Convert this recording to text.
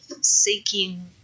seeking